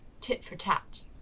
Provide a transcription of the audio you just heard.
tit-for-tat